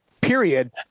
period